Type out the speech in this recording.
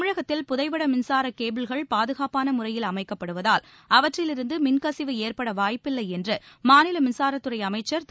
தமிழகத்தில் புதைவட மின்சார கேபிள்கள் பாதுகாப்பாள முறையில் அமைக்கப்படுவதால் அவற்றிலிருந்து மின்கசிவு ஏற்பட வாய்ப்பில்லை என்று மாநில மின்சாரத் துறை அமைச்சர் திரு